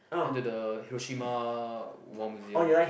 went to the Hiroshima War Museum